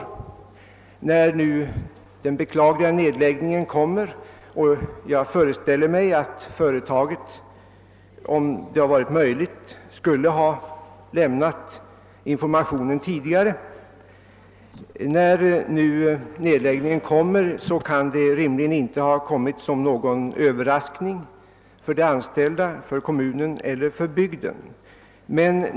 Meddelandet om den beklagliga nedläggningen — jag föreställer mig att företaget, om det hade varit möjligt, skulle ha lämnat informationen tidigare — kan rimligen inte ha inneburit någon överraskning för de anställda, för kommunen eller för bygden.